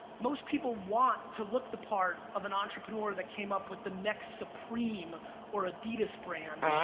most people want to look the part of an entrepreneur that came up with the next supreme or adidas brand,